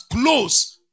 close